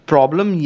Problem